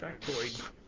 Factoid